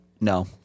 No